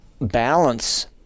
balance